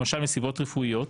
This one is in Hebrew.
למשל מסיבות רפואיות,